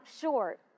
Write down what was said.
short